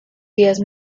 días